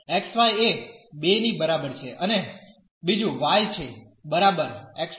તો xy એ 2 ની બરાબર છે અને બીજું y છે બરાબર x24